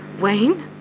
Wayne